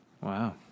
Wow